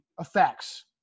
effects